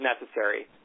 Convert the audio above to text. necessary